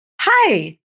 Hi